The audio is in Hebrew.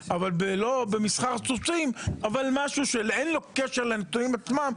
במשהו שאין לו קשר לנתונים עצמם,